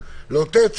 לאטרקציות?